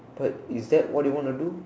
but is that what you want to do